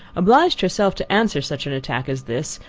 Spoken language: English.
obliged herself to answer such an attack as this,